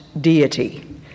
deity